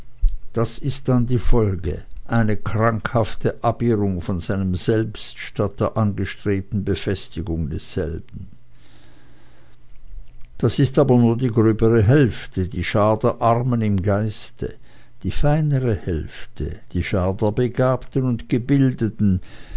das ist dann die folge eine krankhafte abirrung von seinem selbst statt der angestrebten befestigung desselben das ist aber nur die gröbere hälfte die schar der armen im geiste die feinere hälfte die schar der begabten und gebildeten